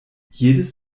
jedes